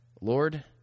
Lord